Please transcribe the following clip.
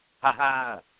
Ha-ha